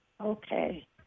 Okay